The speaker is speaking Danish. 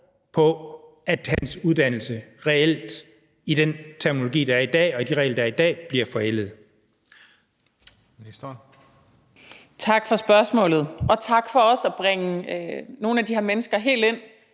på, at hans uddannelse med den terminologi, der er i dag, og med de regler, der i dag, reelt bliver forældet.